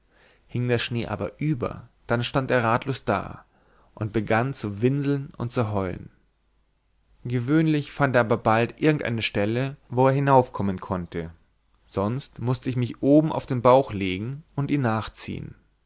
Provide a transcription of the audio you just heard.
hing der schnee aber über dann stand er ratlos da und begann zu winseln und zu heulen gewöhnlich fand er aber bald irgendeine stelle wo er hinaufkommen konnte sonst mußte ich mich oben auf den bauch legen und ihn nachziehen